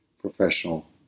professional